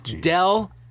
dell